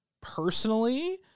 personally